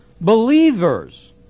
believers